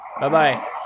Bye-bye